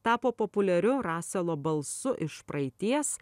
tapo populiariu raselo balsu iš praeities